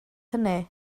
hynny